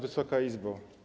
Wysoka Izbo!